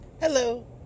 Hello